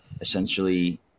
essentially